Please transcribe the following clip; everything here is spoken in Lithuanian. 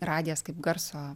radijas kaip garso